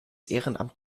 ehrenamt